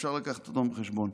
אפשר לקחת אותן בחשבון.